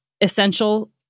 essential